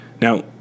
Now